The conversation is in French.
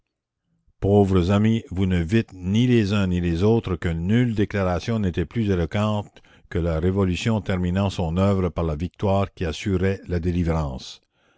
pauvres amis vous ne vîtes ni les uns ni les autres que nulle déclaration n'était plus éloquente que la révolution terminant son œuvre par la victoire qui assurait la délivrance